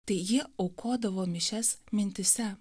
tai jie aukodavo mišias mintyse